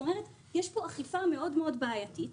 יש פה אכיפה מאוד מאוד בעייתית.